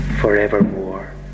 forevermore